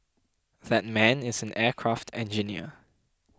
that man is an aircraft engineer